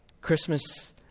Christmas